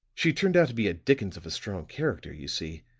she turned out to be a dickens of a strong character, you see